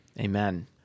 Amen